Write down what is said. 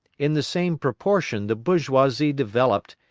in the same proportion the bourgeoisie developed,